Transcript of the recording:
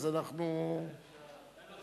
ואז אנחנו,